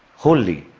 wholly,